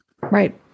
Right